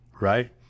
Right